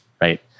right